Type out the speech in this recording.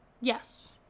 Yes